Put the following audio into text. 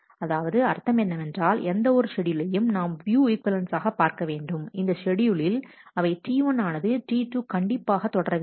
அதாவது அர்த்தம் என்னவென்றால் எந்த ஒரு ஷெட்யூலையும் நாம் வியூ ஈக்வலன்ஸ் ஆக பார்க்க வேண்டும் இந்த ஷெட்யூலில் அவை T1 ஆனது T2 கண்டிப்பாக தொடர வேண்டும்